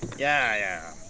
yeah, yeah!